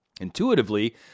Intuitively